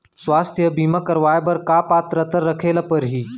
स्वास्थ्य बीमा करवाय बर का पात्रता रखे ल परही?